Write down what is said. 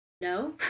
no